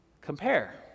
compare